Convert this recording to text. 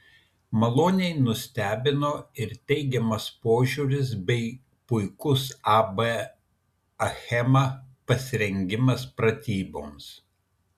maloniai nustebino ir teigiamas požiūris bei puikus ab achema pasirengimas pratyboms